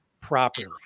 properly